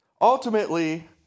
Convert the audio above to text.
Ultimately